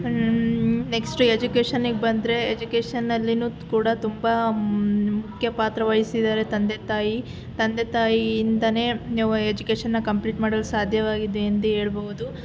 next ಎಜುಕೇಷನಿಗೆ ಬಂದರೆ ಎಜುಕೇಷನ್ನಲ್ಲಿನೂ ಕೂಡ ತುಂಬ ಮುಖ್ಯ ಪಾತ್ರವಹಿಸಿದ್ದಾರೆ ತಂದೆ ತಾಯಿ ತಂದೆ ತಾಯಿಯಿಂದನೇ ಎಜುಕೇಷನ್ನ ಕಂಪ್ಲೀಟ್ ಮಾಡಲು ಸಾಧ್ಯವಾಗಿದೆ ಎಂದೇ ಹೇಳ್ಬೋದು